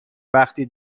وقتی